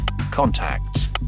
Contacts